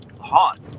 hot